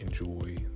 enjoy